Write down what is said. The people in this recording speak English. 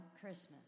Christmas